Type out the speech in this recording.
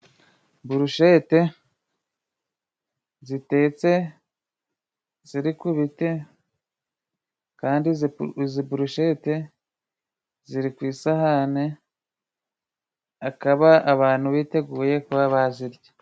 Burushete zitetse ziri ku biti, kandi izi burushete ziri ku isahani, akaba abantu biteguye kuba bazirya.